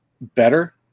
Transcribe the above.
better